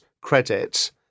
credit